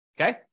Okay